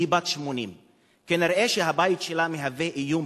שהיא בת 80. כנראה הבית שלה מהווה איום